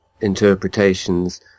interpretations